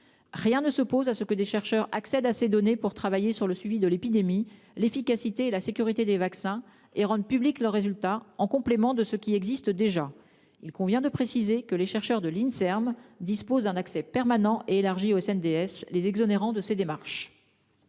Rien ne s'oppose donc à ce que des chercheurs accèdent à ces données pour travailler sur le suivi de l'épidémie, l'efficacité et la sécurité des vaccins et rendent publics leurs résultats, en complément de ce qui existe déjà. Il convient de préciser que les chercheurs de l'Inserm disposent d'un accès permanent et élargi au CNDS les exonérant de ces démarches.